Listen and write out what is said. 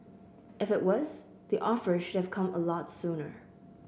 if it was the offer should have come a lot sooner